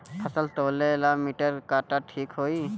फसल तौले ला मिटर काटा ठिक होही?